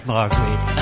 Margaret